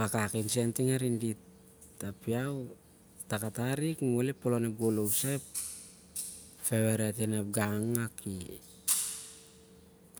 rarakai in- dit, mah iau- ao- ao- oh-ep polon ep goloh sen na rereh rak akak suri.